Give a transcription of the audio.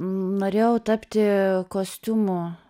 norėjau tapti kostiumų